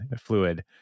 fluid